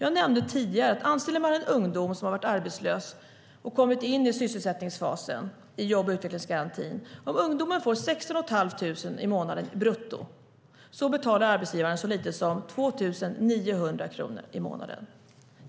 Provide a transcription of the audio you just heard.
Jag nämnde tidigare att anställer man en ungdom som har varit arbetslös och kommit in i sysselsättningsfasen i jobb och utvecklingsgarantin och ungdomen får 16 500 i månaden brutto betalar arbetsgivaren så lite som 2 900 kronor i månaden.